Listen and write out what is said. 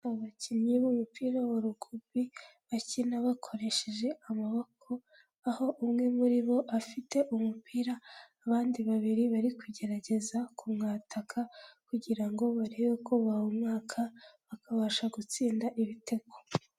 Abakinnyi b'umupira wa Rugubi bakina bakoresheje amaboko, aho umwe muri bo afite umupira abandi babiri bari kugerageza kumwataka kugira ngo barebeko bawumwaka bakabasha gutsinda ibitego.